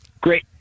Great